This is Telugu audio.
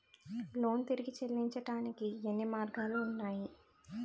లోన్ తిరిగి చెల్లించటానికి ఎన్ని మార్గాలు ఉన్నాయి?